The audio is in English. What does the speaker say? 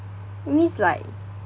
means like